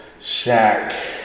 Shaq